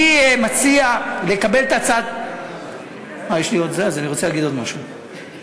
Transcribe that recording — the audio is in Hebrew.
אני מציע לקבל את הצעת, אה,